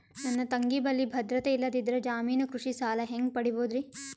ನನ್ನ ತಂಗಿ ಬಲ್ಲಿ ಭದ್ರತೆ ಇಲ್ಲದಿದ್ದರ, ಜಾಮೀನು ಕೃಷಿ ಸಾಲ ಹೆಂಗ ಪಡಿಬೋದರಿ?